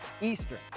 Eastern